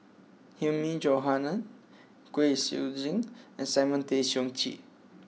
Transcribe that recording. Hilmi Johandi Kwek Siew Jin and Simon Tay Seong Chee